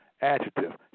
adjective